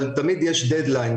אבל תמיד יש דד-ליין,